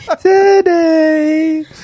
today